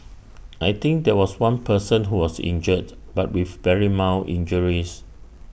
I think there was one person who was injured but with very mild injuries